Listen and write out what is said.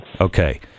okay